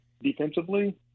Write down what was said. defensively